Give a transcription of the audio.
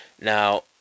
now